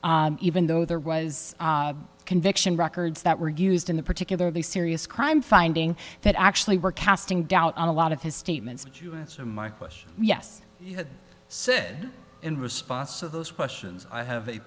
heroin even though there was conviction records that were used in the particularly serious crime finding that actually were casting doubt on a lot of his statements that you answer my question yes that said in response to those questions i have a